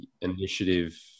initiative